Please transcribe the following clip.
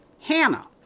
Hannah